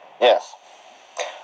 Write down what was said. Yes